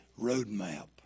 roadmap